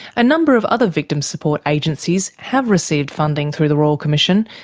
a number of other victims support agencies have received funding through the royal commission,